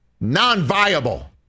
non-viable